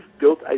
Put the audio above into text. built